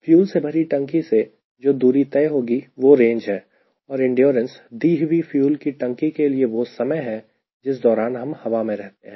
fuel से भरी टंकी से जो दूरी तय होगी वह रेंज है और इंड्योरेन्स दी हुई फ्यूल की टंकी के लिए वह समय है जिस दौरान हम हवा में रहते हैं